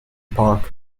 park